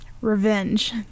Revenge